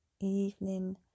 evening